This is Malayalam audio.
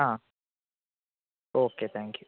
ആ ഓക്കെ താങ്ക് യൂ